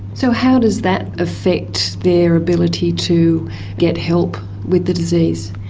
so how does that affect their ability to get help with the disease?